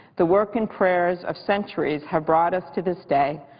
the work and prayers of centuries have brought us to this day.